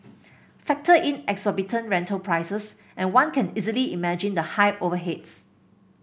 factor in exorbitant rental prices and one can easily imagine the high overheads